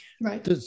Right